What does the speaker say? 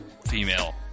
female